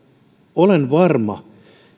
olen varma